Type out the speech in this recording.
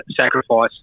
sacrifice